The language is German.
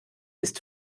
ist